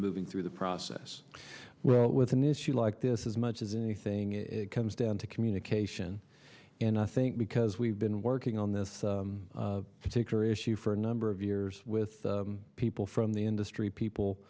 moving through the process well with an issue like this as much as anything it comes down to communication and i think because we've been work on this particular issue for a number of years with people from the industry people